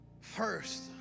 first